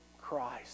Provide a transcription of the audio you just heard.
Christ